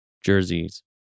jerseys